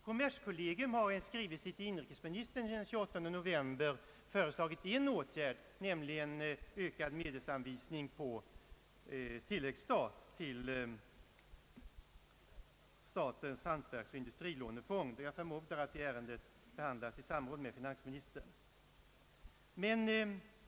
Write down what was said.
Kommerskollegium har i en skrivelse till inrikesministern den 28 november 1969 föreslagit en åtgärd, nämligen medelsanvisning på tilläggsstat till statens hantverksoch industrilånefond, och jag förmodar att det ärendet behandlas i samråd med finansministern.